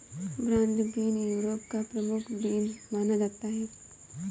broad bean Europe का प्रमुख bean माना जाता है